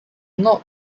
not